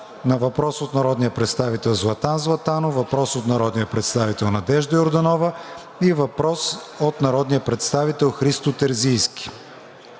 на въпрос от народния представител Златан Златанов; въпрос от народния представител Надежда Йорданова; и въпрос от народния представител Христо Терзийски;